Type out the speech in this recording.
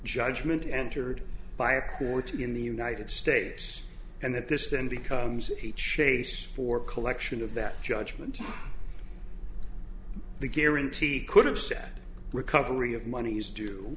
judgment entered by a court in the united states and that this then becomes a chase for collection of that judgment the guaranteed could have set recovery of monies d